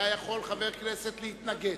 היה חבר הכנסת יכול להתנגד.